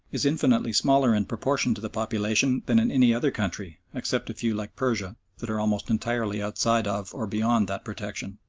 is infinitely smaller in proportion to the population than in any other country, except a few like persia, that are almost entirely outside of or beyond that protection.